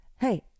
hey